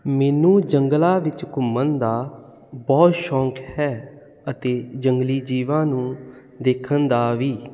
ਮੈਨੂੰ ਜੰਗਲਾਂ ਵਿੱਚ ਘੁੰਮਣ ਦਾ ਬਹੁਤ ਸ਼ੌਂਕ ਹੈ ਅਤੇ ਜੰਗਲੀ ਜੀਵਾਂ ਨੂੰ ਦੇਖਣ ਦਾ ਵੀ